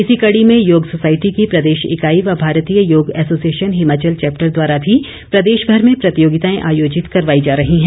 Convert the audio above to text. इसी कड़ी में योग सोसाइटी की प्रदेश इकाई व भारतीय योग एसोसिएशन हिमाचल चैप्टर द्वारा भी प्रदेशभर में प्रतियोगिताएं आयोजित करवाई जा रही है